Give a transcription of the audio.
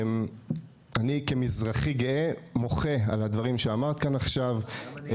אני כמזרחי גאה מוחה על הדברים שאמרת כאן עכשיו.